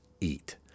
eat